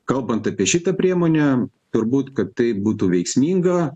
kalbant apie šitą priemonę turbūt kad tai būtų veiksminga